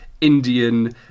Indian